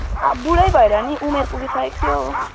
अब बुढै भएर नि उमेर पुगिसकेको थियो हो